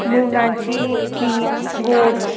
मुगाची खीर गोड